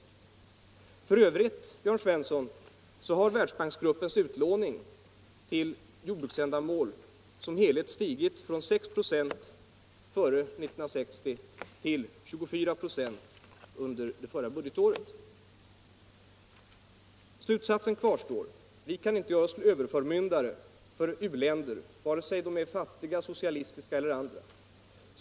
F. ö., Jörn Svensson, har Världsbanksgruppens utlåning till jordbruksändamål som helhet stigit från 6 96 före år 1960 till 24 96 under det förra budgetåret. Slutsatsen kvarstår: Vi kan inte göra oss till överförmyndare för uländer, vare sig fattiga, socialistiska eller andra.